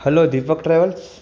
हलो Deepak travels